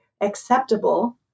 acceptable